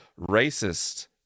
racist